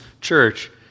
church